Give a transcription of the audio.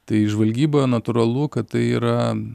tai žvalgyba natūralu kad tai yra